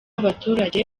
abaturage